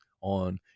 on